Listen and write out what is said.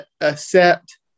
accept